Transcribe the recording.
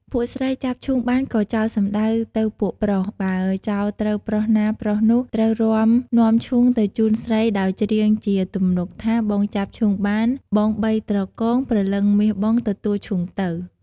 ពួកស្រីចាប់ឈូងបានក៏ចោលសំដៅទៅពួកប្រុស បើចោលត្រូវប្រុសណាប្រុសនោះ ត្រូវរាំនាំឈូងទៅជូនស្រីដោយច្រៀងជាទំនុកថា «បងចាប់ឈូងបាន បងបីត្រកង ព្រលឹងមាសបង ទទួលឈូងទៅ»។